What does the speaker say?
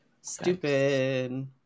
Stupid